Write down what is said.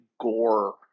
gore